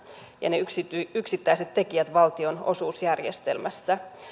ja ne yksittäiset tekijät valtionosuusjärjestelmässä